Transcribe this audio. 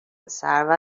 سرور